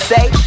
Say